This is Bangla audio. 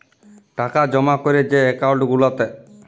টাকা জমা ক্যরে যে একাউল্ট গুলাতে